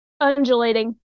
undulating